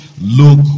look